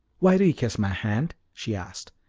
why do you kiss my hand? she asked.